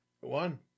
One